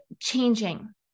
changing